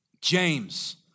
James